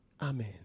Amen